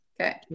okay